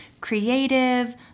creative